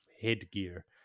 headgear